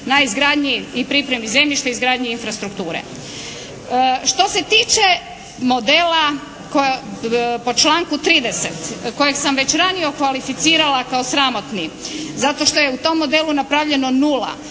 na izgradnji i pripremi zemljišta, izgradnji infrastrukture. Što se tiče modela po članku 30. kojeg sam već ranije okvalificirala kao sramotni zato što je u tom modelu napravljeno nula.